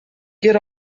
get